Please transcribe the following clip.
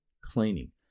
cleaning